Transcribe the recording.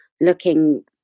looking